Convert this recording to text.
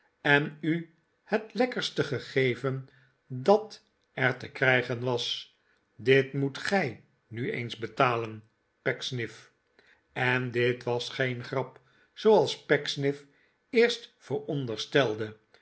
en u het lekkerste gegeven dat er te krijgen was dit moet gij nu eens betalen pecksniff en dit was geen grap zooals